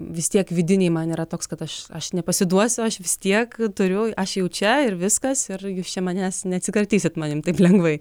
vis tiek vidiniai man yra toks kad aš aš nepasiduosiu aš vis tiek turiu aš jau čia ir viskas ir jūs čia manęs neatsikratysit manim taip lengvai